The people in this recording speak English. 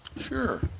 Sure